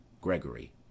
Gregory